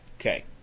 Okay